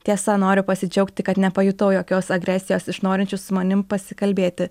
tiesa noriu pasidžiaugti kad nepajutau jokios agresijos iš norinčių su manim pasikalbėti